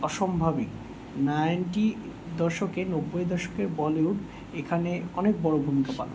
অসম্ভবই ninety দশকের নব্বই দশকের বলিউড এইখানে অনেক বড়ো ভূমিকা পালন